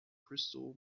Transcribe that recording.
crystal